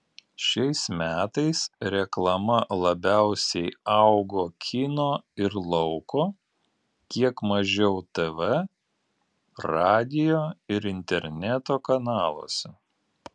šiais metais reklama labiausiai augo kino ir lauko kiek mažiau tv radijo ir interneto kanaluose